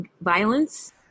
violence